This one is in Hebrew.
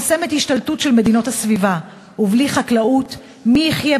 חוזרים אליה ובוחרים להקים בה את בתיהם